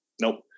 nope